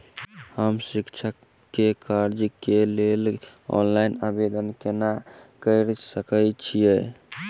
हम शिक्षा केँ कर्जा केँ लेल ऑनलाइन आवेदन केना करऽ सकल छीयै?